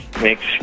makes